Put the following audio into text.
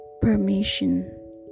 permission